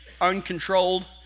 uncontrolled